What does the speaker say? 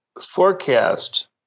forecast